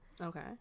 okay